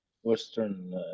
Western